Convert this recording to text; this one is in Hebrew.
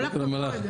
כל הכבוד.